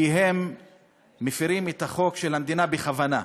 כי הם מפרים את החוק של המדינה, בכוונה?